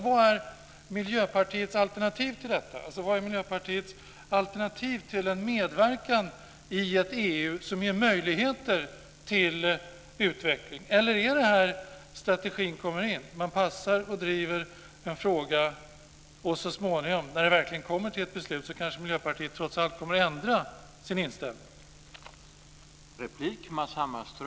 Vilket är Miljöpartiets alternativ till en medverkan i ett EU som ger möjligheter till utveckling? Är det här strategin kommer in - man driver en fråga, och så småningom, när det verkligen kommer till ett beslut kanske Miljöpartiet trots allt kommer att ändra sin inställning?